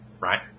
Right